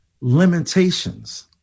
limitations